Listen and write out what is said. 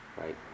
right